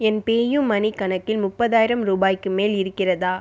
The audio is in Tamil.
என் பேயூமனி கணக்கில் முப்பதாயிரம் ரூபாய்க்கு மேல் இருக்கிறதா